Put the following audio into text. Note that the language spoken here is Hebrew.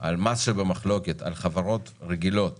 על מס שבמחלוקת על חברות גדולות